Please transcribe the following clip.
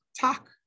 talk